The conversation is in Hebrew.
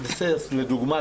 לדוגמה,